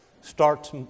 starts